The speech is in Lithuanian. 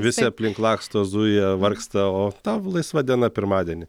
visi aplink laksto zuja vargsta o tau laisva diena pirmadienį